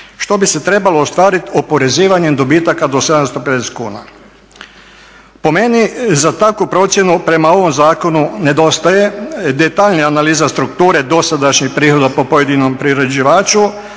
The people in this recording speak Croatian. što bi se trebalo ostvariti oporezivanjem dobitaka do 750 kuna. Po meni za takvu procjenu prema ovom zakonu nedostaje detaljnija analiza strukture dosadašnjih prihoda po pojedinom priređivaču,